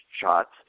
shots